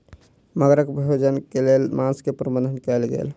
मगरक भोजन के लेल मांस के प्रबंध कयल गेल